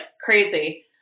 crazy